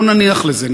בואו נניח לזה,